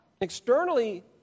Externally